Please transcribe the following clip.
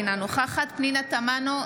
אינה נוכחת פנינה תמנו,